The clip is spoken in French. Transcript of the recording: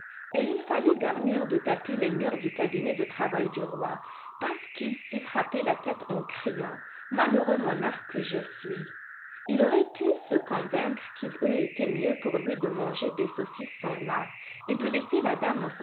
et il fallut garnir de tapis les murs du cabinet de travail du roi parce qu'il s'y frappait la tête en criant malheureux monarque que je suis il aurait pu se convaincre qu'il eût été mieux pour lui de manger des saucisses sans lard et de laisser la dame